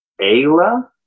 ayla